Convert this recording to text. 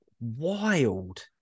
wild